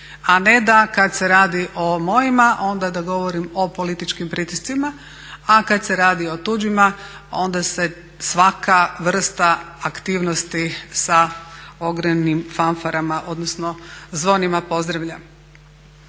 a ne da kad se radi o mojima onda da govorim o političkim pritiscima, a kad se radi o tuđima onda se svaka vrsta aktivnosti sa ogromnim fanfarama odnosno zvonima pozdravlja.